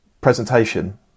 presentation